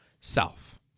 self